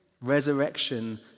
Resurrection